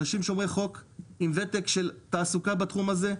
אנשים שומרי חוק עם ותק של תעסוקה בתחום הזה.